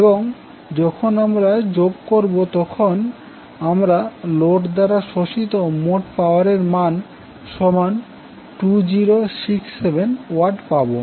এবং যখন আমরা যোগ করবো তখন আমরা লোড দ্বারা শোষিত মোট পাওয়ারের মান সমান 2067 ওয়াট পাবো